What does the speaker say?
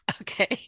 Okay